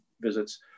visits